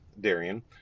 Darian